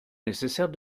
nécessaire